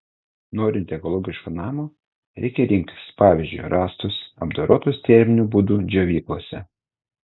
norint ekologiško namo reikia rinktis pavyzdžiui rąstus apdorotus terminiu būdu džiovyklose